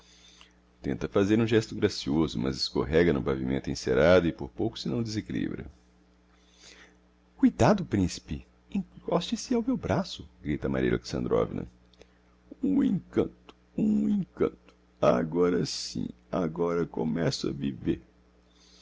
tenta fazer um gesto gracioso mas escorrega no pavimento encerado e por pouco se não desiquilibra cuidado principe encoste se ao meu braço grita maria alexandrovna um encanto um encanto agora sim agora começo a viver